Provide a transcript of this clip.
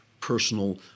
personal